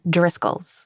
Driscoll's